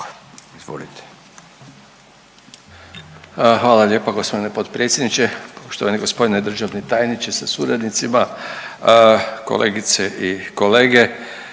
izvolite.